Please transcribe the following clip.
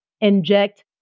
inject